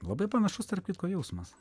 labai panašus tarp kitko jausmas